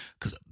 Cause